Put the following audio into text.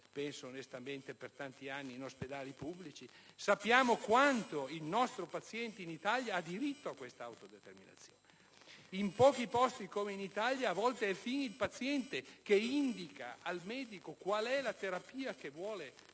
onestamente per tanti anni in ospedali pubblici, sa quanto i nostri pazienti abbiano il diritto a questa autodeterminazione. In pochi posti come in Italia, a volte, è il paziente ad indicare al medico quale terapia vuole